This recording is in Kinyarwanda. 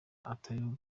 atariwe